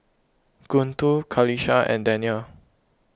Guntur Qalisha and Daniel